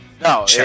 No